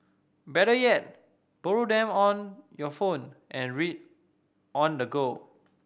better yet borrow them on your phone and read on the go